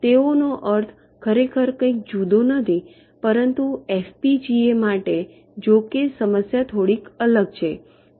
તેઓનો અર્થ ખરેખર કંઇ જુદો નથી પરંતુ એફપીજીએ માટે જો કે સમસ્યા થોડી અલગ છે